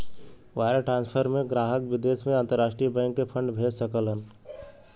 wire transfer में ग्राहक विदेश में अंतरराष्ट्रीय बैंक के फंड भेज सकलन